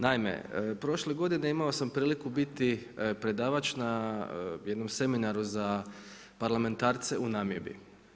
Naime, prošle godine imao sam priliku biti predavač na jednom seminaru za parlamentarce u Namibiji.